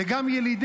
וגם ילִדי